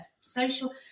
social